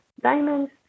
diamonds